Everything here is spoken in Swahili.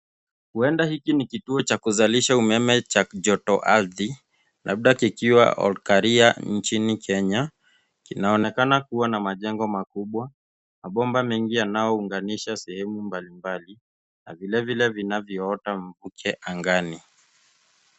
Huenda hiki ni kituo cha kuzalisha umeme cha joto ardhi labda kikiwa Olkaria nchini Kenya. Kinaonekana kuwa na majengo makubwa, mabomba mengi yanayounganisha sehemu mbalimbali na vilevile vinavyoota mvuke angani.